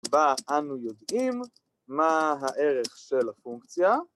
בה אנו יודעים מה הערך של הפונקציה.